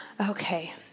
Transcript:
Okay